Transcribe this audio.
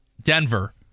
Denver